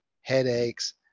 headaches